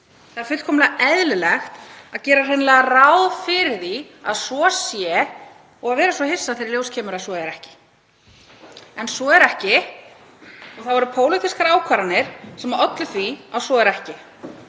Það er fullkomlega eðlilegt að gera hreinlega ráð fyrir því að svo sé og vera svo hissa þegar í ljós kemur að svo er ekki. En svo er ekki og það voru pólitískar ákvarðanir sem ollu því að svo er ekki.